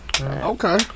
Okay